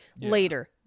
later